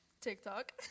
TikTok